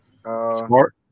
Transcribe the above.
Smart